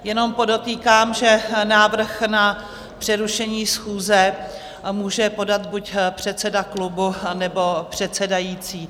Jenom podotýkám, že návrh na přerušení schůze může podat buď předseda klubu, nebo předsedající.